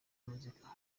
muzika